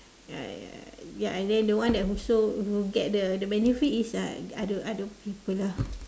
I ya and then the one who sow who get the the benefit is uh other other people lah